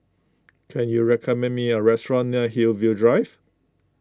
can you recommend me a restaurant near Hillview Drive